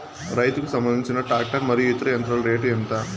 రైతుకు సంబంధించిన టాక్టర్ మరియు ఇతర యంత్రాల రేటు ఎంత?